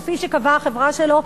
כפי שקבעה החברה שלו.